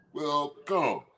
Welcome